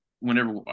Whenever